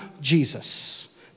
Jesus